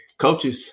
coaches